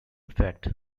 effect